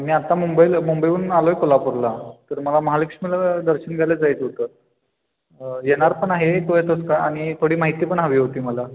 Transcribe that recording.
मी आत्ता मुंबईल् मुंबईहून आलो आहे कोल्हापूरला तर मला महालक्ष्मीला दर्शन घ्यायला जायचं होतं येणार पण आहे तू येतोस का आणि थोडी माहिती पण हवी होती मला